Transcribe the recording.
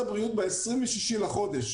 ב-26 במאי,